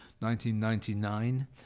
1999